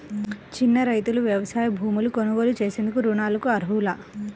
చిన్న రైతులు వ్యవసాయ భూములు కొనుగోలు చేసేందుకు రుణాలకు అర్హులా?